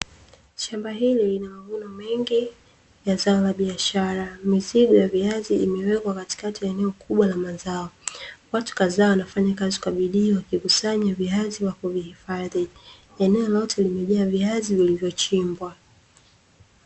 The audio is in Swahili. Shamba hili lina mavuno mengi ya zao la biashara, mizigo ya viazi imewekwa katikati ya eneo kubwa la mazao. Watu kadhaa wanafanyakazi kwa bidii wakikusanya viazi wakivihifadhi, eneo lote limejaa viazi vilivyochimbwa.